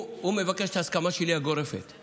הוא מבקש את ההסכמה הגורפת שלי.